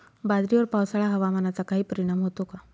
बाजरीवर पावसाळा हवामानाचा काही परिणाम होतो का?